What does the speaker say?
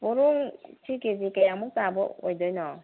ꯄꯣꯔꯣꯝꯁꯤ K G ꯀꯌꯥꯃꯨꯛ ꯇꯥꯕ ꯑꯣꯏꯗꯣꯏꯅꯣ